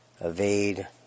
evade